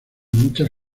muchas